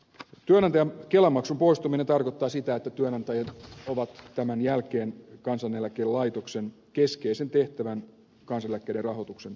työnantajan kelamaksun poistaminen tarkoittaa sitä että työnantajat ovat tämän jälkeen kansaneläkelaitoksen keskeisen tehtävän kansaneläkkeiden rahoituksen ulkopuolella